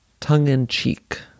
Tongue-in-cheek